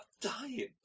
dying